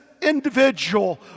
individual